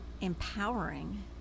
empowering